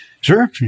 sure